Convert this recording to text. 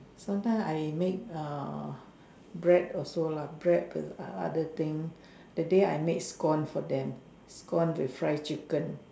sometime I make err bread also lah bread lah other thing that day I made scone for them scone with fried chicken